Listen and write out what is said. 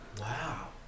Wow